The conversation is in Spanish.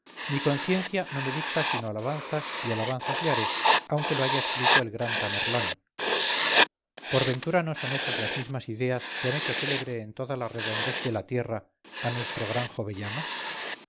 mi conciencia no me dicta sino alabanzas y alabanzas le daré aunque lo haya escrito el gran tamerlán por ventura no son esas las mismas ideas que han hecho célebre en toda la redondez de la tierra a nuestro gran